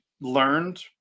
learned